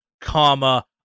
comma